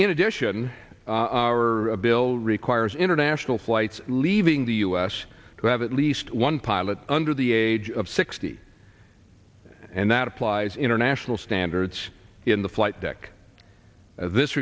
in addition our bill requires international flights leaving the us to have at least one pilot under the age of sixty and that applies international standards in the flight deck at this